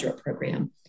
program